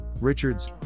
Richards